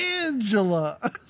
Angela